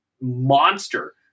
monster